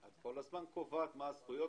וככל שזה